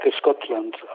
Scotland